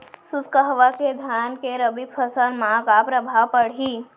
शुष्क हवा के धान के रबि फसल मा का प्रभाव पड़ही?